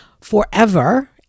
forever